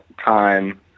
time